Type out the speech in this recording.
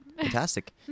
fantastic